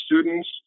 students